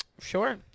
Sure